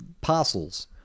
Parcels